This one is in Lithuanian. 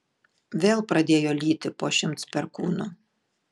vėl pradėjo lyti po šimts perkūnų